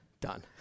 Done